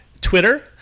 Twitter